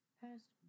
past